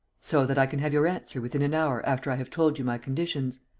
so that i can have your answer within an hour after i have told you my conditions?